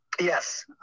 Yes